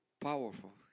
powerful